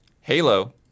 Halo